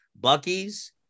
Bucky's